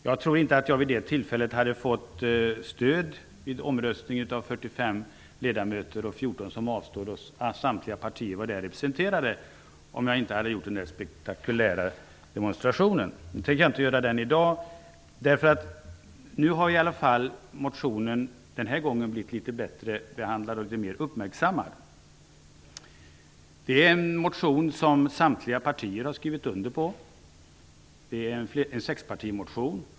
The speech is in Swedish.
Jag tror inte att jag vid det tillfället vid omröstningen hade fått stöd av 45 ledamöter -- 14 ledamöter avstod från att rösta -- om jag inte hade gjort nämnda spektakulära demonstration. Samtliga partier var representerade. Jag tänker inte upprepa det i dag. Den här gången har min motion blivit litet bättre behandlad och litet mer uppmärksammad. Det gäller här en motion som samtliga partier har undertecknat. Det är en sexpartimotion.